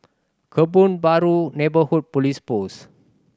Kebun Baru Neighbourhood Police Post